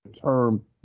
term